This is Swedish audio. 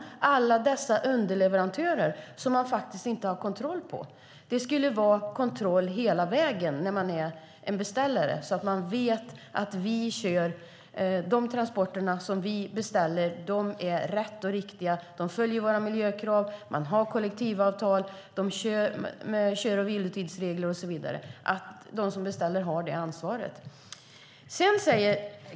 Man har faktiskt inte kontroll på alla dessa underleverantörer. Beställaren skulle ha kontroll hela vägen så att man vet att de transporter som man beställer är riktiga. De ska följa våra miljökrav, ha kollektivavtal, följa vilotidsregler och så vidare. De som beställer skulle ha det ansvaret.